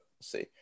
see